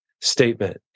statement